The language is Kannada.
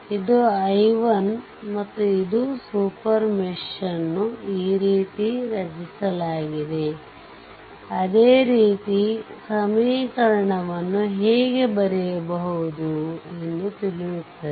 ಇದು i1 ಮತ್ತು ಇದು ಸೂಪರ್ ಮೆಶ್ ಅನ್ನು ಈ ರೀತಿ ರಚಿಸಲಾಗಿದೆ ಅದೇ ರೀತಿ ಸಮೀಕರಣವನ್ನು ಹೇಗೆ ಬರೆಯುವುದು ಎಂದು ತಿಳಿಯುತ್ತದೆ